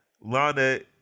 lana